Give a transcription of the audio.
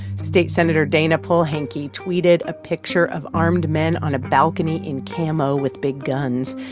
state senator dayna polehanki tweeted a picture of armed men on a balcony in camo with big guns.